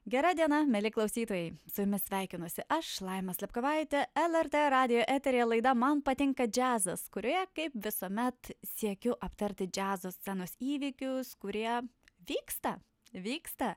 gera diena mieli klausytojai su jumis sveikinuosi aš laima slapkovaitė lrt radijo eteryje laida man patinka džiazas kurioje kaip visuomet siekiu aptarti džiazo scenos įvykius kurie vyksta vyksta